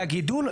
שהגידול,